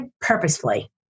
purposefully